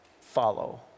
follow